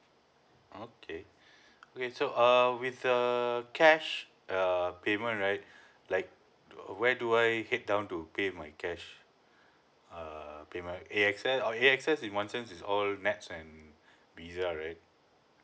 okay okay so err with the cash err payment right like uh where do I head down to pay my cash err pay by A S X or A S X in one cents is all nets and pizza right